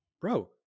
Bro